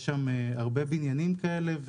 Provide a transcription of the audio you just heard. יש שם הרבה בניינים כאלה.